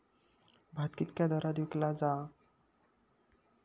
भात कित्क्या दरात विकला जा?